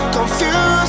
Confused